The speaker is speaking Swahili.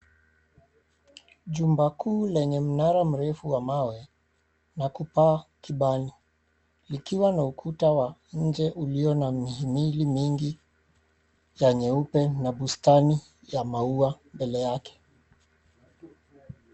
Jumba kuu lenye mnara mrefu wa mawe na kupaa kibani . Likiwa na ukuta wa inje ulio na mihimili mingi ya nyeupe na bustani ya maua mbele yake